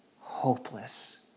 hopeless